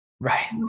Right